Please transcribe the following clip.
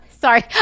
Sorry